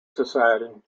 society